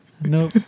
no